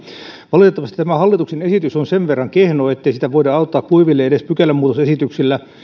valitettavasti tämä hallituksen esitys on sen verran kehno ettei sitä voida auttaa kuiville edes pykälämuutosesityksillä